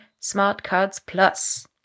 smartcardsplus